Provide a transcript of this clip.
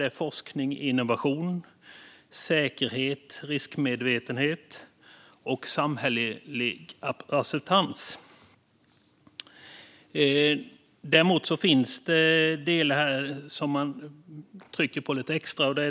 Det är forskning och innovation, säkerhet och riskmedvetenhet samt samhällelig acceptans. Däremot finns det delar som man trycker på lite extra.